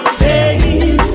pain